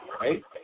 right